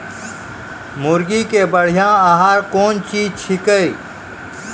मुर्गी के बढ़िया आहार कौन चीज छै के?